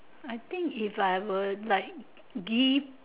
I think if I were like give